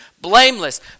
blameless